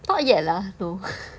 not yet lah no